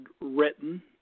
written